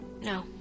no